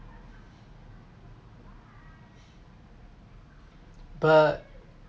but